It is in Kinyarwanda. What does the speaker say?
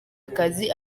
akazi